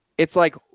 it's like,